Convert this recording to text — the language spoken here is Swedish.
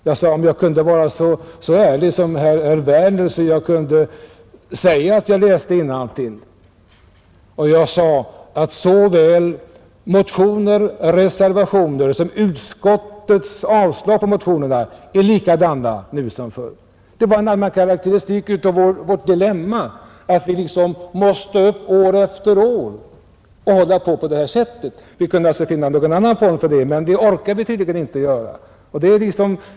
Jag sade att jag skulle önska att jag kunde vara lika ärlig som herr Werner och säga att jag läste innantill och jag sade att såväl motioner som reservationer och utskottets avslagsyrkande på motionerna är desamma nu som förr. Det var en allmän karakteristik av vårt dilemma, när vi år efter år måste uttala oss som vi gör. Vi kunde ju finna någon annan form för det, men det orkar vi tydligen inte göra.